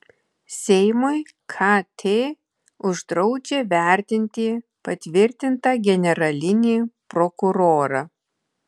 seimui kt uždraudžia vertinti patvirtintą generalinį prokurorą